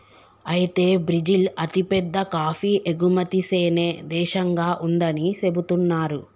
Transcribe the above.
అయితే బ్రిజిల్ అతిపెద్ద కాఫీ ఎగుమతి సేనే దేశంగా ఉందని సెబుతున్నారు